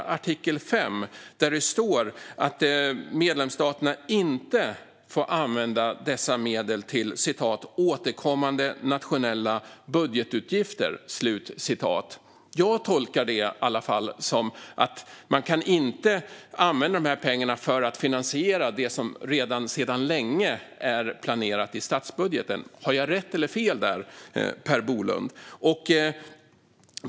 I artikel 5 står att medlemsstaterna inte får använda dessa medel till återkommande nationella budgetutgifter. Jag tolkar det som att man inte kan använda pengarna för att finansiera det som redan sedan länge är planerat i statsbudgeten. Har jag rätt eller fel, Per Bolund?